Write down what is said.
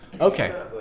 Okay